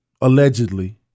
allegedly